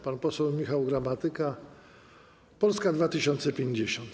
Pan poseł Michał Gramatyka, Polska 2050.